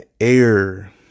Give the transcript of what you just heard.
air